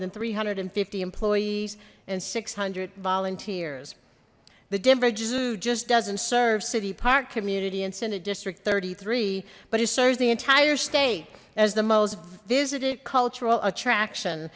than three hundred and fifty employees and six hundred volunteers the denver zoo just doesn't serve city park community in senate district thirty three but it serves the entire state as the most visited cultural attraction